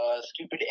stupid